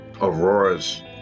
Aurora's